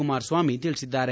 ಕುಮಾರಸ್ವಾಮಿ ತಿಳಿಸಿದ್ದಾರೆ